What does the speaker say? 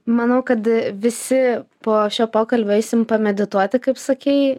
manau kad visi po šio pokalbio eisim pamedituoti kaip sakei